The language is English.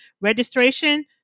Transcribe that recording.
Registration